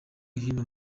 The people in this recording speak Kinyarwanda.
hino